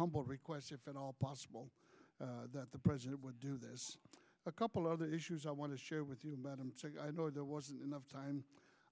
humble request if at all possible that the president would do this a couple of the issues i want to share with you about him i know there wasn't enough time